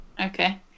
okay